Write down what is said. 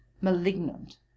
malignant